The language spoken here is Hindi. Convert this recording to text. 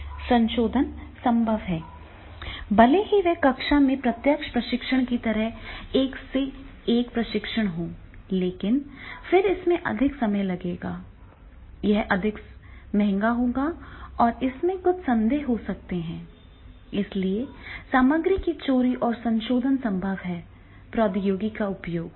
संशोधन संभव है भले ही यह कक्षा में प्रत्यक्ष प्रशिक्षण की तरह एक से एक प्रशिक्षण हो लेकिन फिर इसमें अधिक समय लगेगा यह अधिक महंगा होगा और इसमें कुछ संदेह हो सकते हैं और इसलिए सामग्री की चोरी और संशोधन संभव है प्रौद्योगिकी का उपयोग